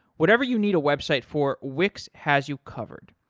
whatever you need a website for, wix has you covered.